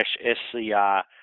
SCI